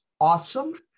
awesome